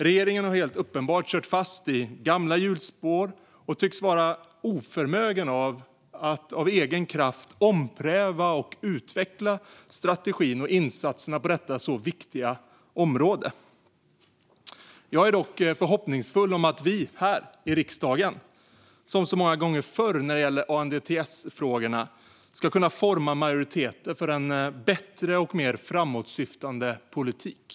Regeringen har helt uppenbart kört fast i gamla hjulspår och tycks vara oförmögen att av egen kraft ompröva och utveckla strategin och insatserna på detta så viktiga område. Jag är dock förhoppningsfull om att vi här i riksdagen, som så många gånger förr när det gäller ANDTS-frågorna, ska kunna forma majoriteter för en bättre och mer framåtsyftade politik.